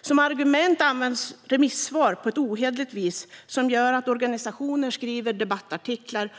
Som argument används remissvar på ett ohederligt vis. Detta har lett till att organisationer skriver debattartiklar